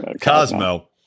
Cosmo